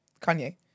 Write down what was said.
Kanye